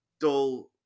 dull